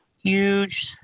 Huge